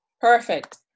Perfect